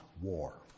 war